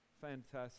Fantastic